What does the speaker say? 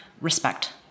respect